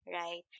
right